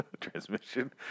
Transmission